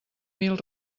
mil